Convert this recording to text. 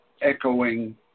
echoing